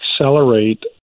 accelerate